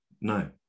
No